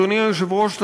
אדוני היושב-ראש,